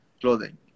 clothing